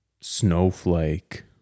Snowflake